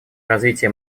развитие